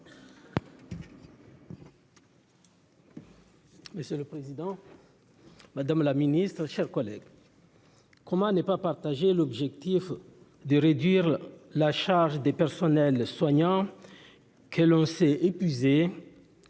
Monsieur le président, madame la ministre, mes chers collègues, comment ne pas partager le souhait de réduire la charge des personnels soignants, que l'on sait épuisés,